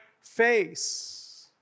face